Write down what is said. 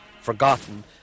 forgotten